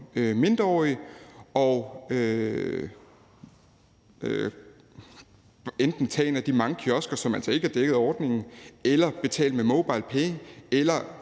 mindreårig at vælge enten en af de mange kiosker, som altså ikke er dækket af ordningen, eller betale med MobilePay eller